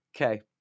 Okay